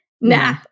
nah